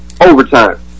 Overtime